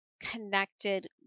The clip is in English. connected